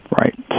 Right